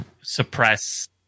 suppress